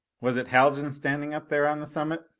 was it haljan standing up there on the summit?